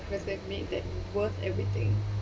guys who have made that worth everything